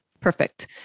Perfect